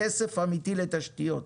כסף אמיתי לתשתיות.